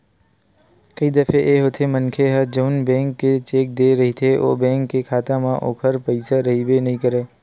कई दफे ए होथे मनखे ह जउन बेंक के चेक देय रहिथे ओ बेंक के खाता म ओखर पइसा रहिबे नइ करय